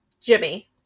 Jimmy